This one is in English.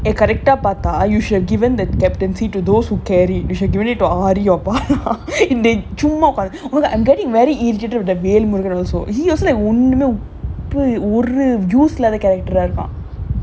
eh correct ah பாத்தா:paathaa you should have given the captaincy to those who carry you shall given it to aari or bala இந்த சும்மா உக்காந்து உனக்கு:intha chumma ukkaanthu unakku I am getting very irritated with that velmurugan also even also ஒன்னுமே உப்பு ஒரு:onnumae uppu oru use இல்லாத:illaatha character ah இருக்கான்:irukkaan